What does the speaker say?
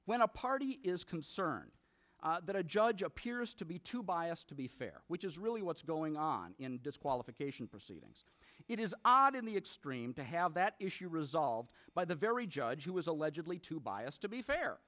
a party is concerned that a judge appears to be too biased to be fair which is really what's going on in disqualification proceedings it is odd in the extreme to have that issue resolved by the very judge who was allegedly too biased to be fair